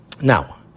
now